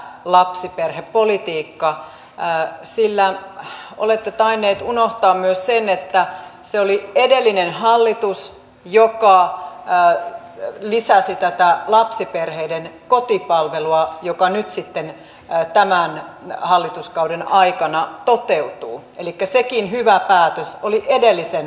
tämän hallituksen hyvä lapsiperhepolitiikka sillä olette tainnut unohtaa myös sen että se oli edellinen hallitus joka lisäsi tätä lapsiperheiden kotipalvelua joka nyt sitten tämän hallituskauden aikana toteutuu elikkä sekin hyvä päätös oli edellisen hallituksen aikaansaama